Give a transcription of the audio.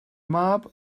mab